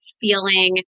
feeling